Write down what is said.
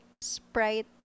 Sprite